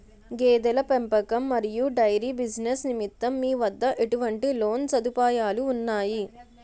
గేదెల పెంపకం మరియు డైరీ బిజినెస్ నిమిత్తం మీ వద్ద ఎటువంటి లోన్ సదుపాయాలు ఉన్నాయి?